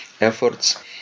efforts